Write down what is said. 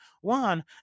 One